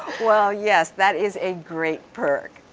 well yes, that is a great perk.